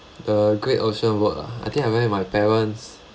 the great ocean road ah I think I went with my parents